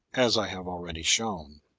as i have already shown.